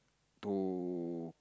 to